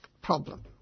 problem